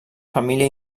família